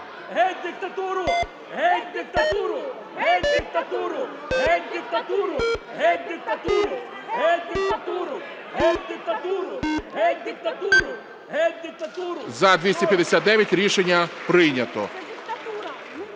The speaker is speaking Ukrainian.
За-259 Рішення прийнято.